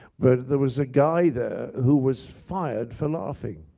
but there was a guy there who was fired for laughing.